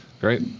Great